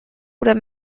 oder